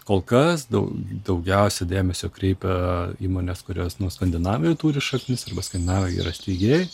kol kas daug daugiausia dėmesio kreipia į įmonės kurios nu skandinavijoj turi šaknis arba skandinavai yra steigėjai